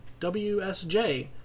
WSJ